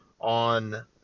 on